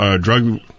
drug